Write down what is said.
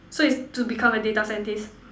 so is to become a data scientist